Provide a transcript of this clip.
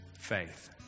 faith